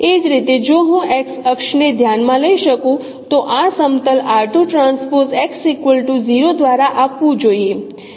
એ જ રીતે જો હું X અક્ષને ધ્યાનમાં લઈ શકું તો આ સમતલ દ્વારા આપવું જોઈએ